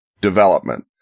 development